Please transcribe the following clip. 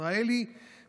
ישראל היא במקום,